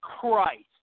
Christ